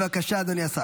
בבקשה, אדוני השר.